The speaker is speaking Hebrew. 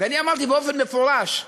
אני אמרתי באופן מפורש: